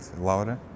Laura